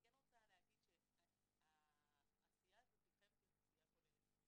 אני רוצה להגיד שהעשייה הזאת חייבת להיות עשייה כוללת,